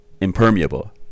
Impermeable